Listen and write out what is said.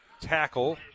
tackle